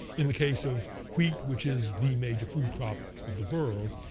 in the case of wheat, which is the major food crop of the world,